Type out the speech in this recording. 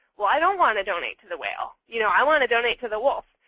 well i don't want to donate to the whale. you know i want to donate to the wolf.